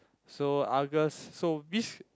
so Argus so which